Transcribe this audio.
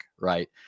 Right